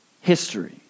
history